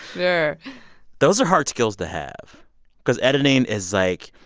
sure those are hard skills to have because editing is, like,